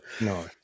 No